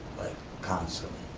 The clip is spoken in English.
constantly,